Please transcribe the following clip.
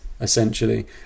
essentially